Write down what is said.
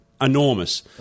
enormous